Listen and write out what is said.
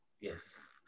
Yes